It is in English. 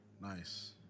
Nice